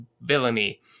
villainy